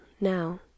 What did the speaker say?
now